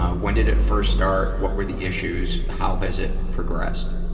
ah when did it first start? what were the issues? how has it progressed?